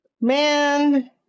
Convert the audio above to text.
Man